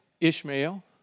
Ishmael